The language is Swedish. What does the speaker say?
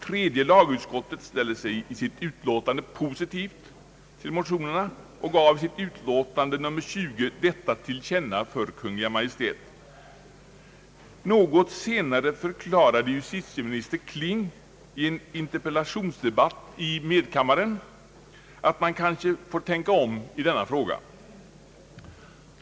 Tredje lagutskottet ställde sig positivt till motionerna och gav i sitt utlåtande nr 20 detta till känna för Kungl. Maj:t. Något senare förklarade justitieminister Kling i en interpellationsdebatt i andra kammaren att man kanske får tänka om i denna fråga.